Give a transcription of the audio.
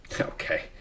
Okay